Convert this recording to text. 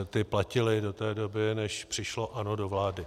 Ty platily do té doby, než přišlo ANO do vlády.